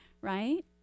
right